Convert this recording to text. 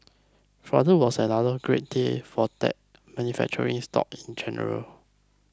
Friday was another great day for tech manufacturing stocks in general